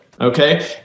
okay